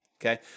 okay